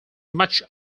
much